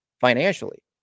financially